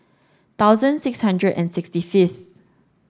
thousand six hundred and sixty fifth